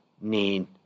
need